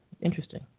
Interesting